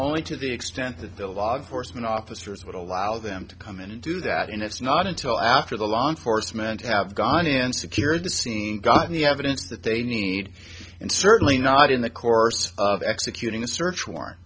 only to the extent that the law enforcement officers would allow them to come in and do that and it's not until after the law enforcement have gone in and secured the scene got the evidence that they need and certainly not in the course of executing a search warrant